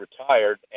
retired